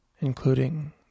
including